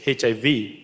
HIV